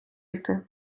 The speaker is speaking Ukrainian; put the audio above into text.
йти